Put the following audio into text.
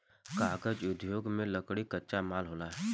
कागज़ उद्योग में लकड़ी कच्चा माल होला